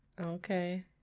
Okay